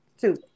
two